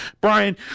Brian